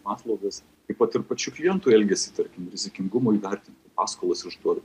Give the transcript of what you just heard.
paslaugas taip pat ir pačių klientų elgesį tarkim rizikingumo įvertinti paskolas išduoti